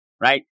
right